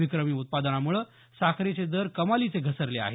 विक्रमी उत्पादनामुळे साखरेचे दर कमालीचे घसरले आहेत